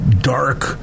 dark